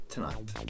Tonight